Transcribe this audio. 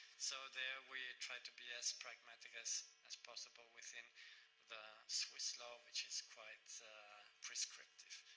so there we try to be as pragmatic as as possible within the swiss law, which is quite prescriptive.